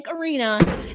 Arena